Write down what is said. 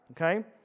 Okay